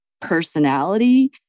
personality